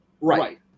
Right